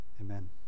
Amen